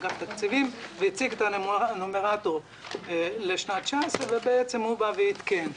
אגף התקציבים הציג את הנומרטור לשנת 2019 ובעצם הוא עדכן.